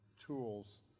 tools